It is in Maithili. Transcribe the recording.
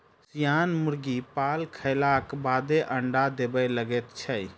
सियान मुर्गी पाल खयलाक बादे अंडा देबय लगैत छै